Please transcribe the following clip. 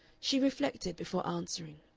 she reflected before answering.